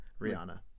Rihanna